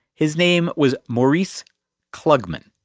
his name was maurice klugman.